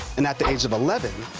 and at the age of eleven,